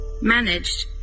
managed